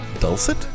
Dulcet